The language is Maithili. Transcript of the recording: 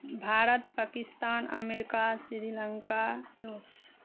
भारत पाकिस्तान अमेरिका श्रीलंका रूस